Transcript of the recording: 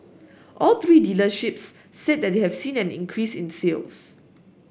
all three dealerships said that they have seen an increase in sales